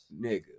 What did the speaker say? nigga